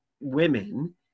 women